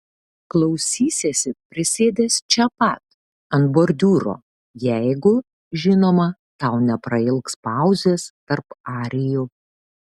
klausysiesi prisėdęs čia pat ant bordiūro jeigu žinoma tau neprailgs pauzės tarp arijų